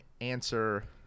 answer